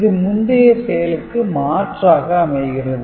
இது முந்தைய செயலுக்கு மாற்றாக அமைகிறது